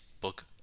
Book